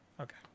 okay